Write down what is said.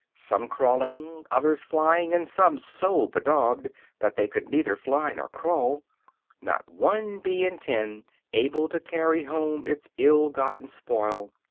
some crawling, others flying, and some so bedaubed that they could neither fly nor crawl not one bee in ten able to carry home its ill-gotten spoil,